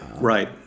Right